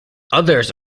others